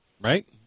Right